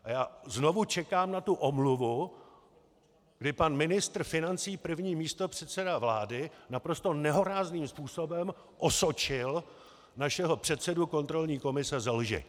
A já znovu čekám na omluvu, kdy pan ministr financí, první místopředseda vlády, naprosto nehorázným způsobem osočil našeho předsedu kontrolní komise ze lži.